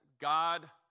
God